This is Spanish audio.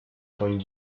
con